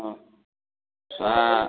অঁ